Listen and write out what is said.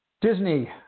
Disney